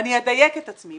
ואני אדייק את עצמי,